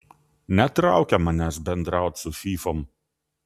netraukia manęs bendraut su fyfom